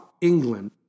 England